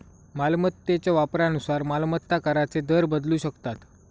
मालमत्तेच्या वापरानुसार मालमत्ता कराचे दर बदलू शकतात